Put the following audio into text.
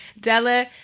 Della